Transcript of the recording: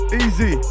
easy